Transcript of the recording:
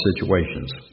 situations